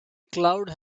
cloud